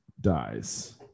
dies